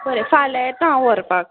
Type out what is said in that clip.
बरें फाल्यां येता हांव व्हरपाक